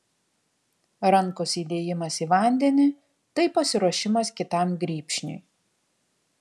rankos įdėjimas į vandenį tai pasiruošimas kitam grybšniui